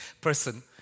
person